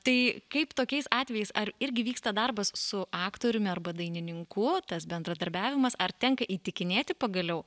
tai kaip tokiais atvejais ar irgi vyksta darbas su aktoriumi arba dainininku tas bendradarbiavimas ar tenka įtikinėti pagaliau